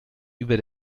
über